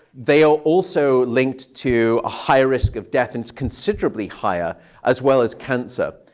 they are also linked to a higher risk of death and it's considerably higher as well as cancer.